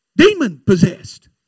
demon-possessed